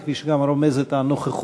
וכפי שגם רומזת הנוכחות